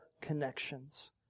connections